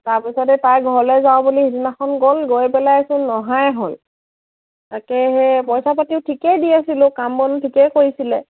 তাৰপিছতে তাই ঘৰলে যাওঁ বুলি সিদিনাখন গ'ল গৈ পেলাই চোন নহায়েই হ'ল তাকে সেই পইচা পাতিও ঠিকেই দি আছিলোঁ কাম বন ঠিকেই কৰিছিলে